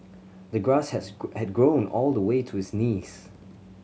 the grass has had grown all the way to his knees